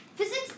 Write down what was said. Physics